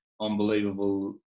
unbelievable